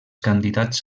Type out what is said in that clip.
candidats